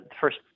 first